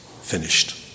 finished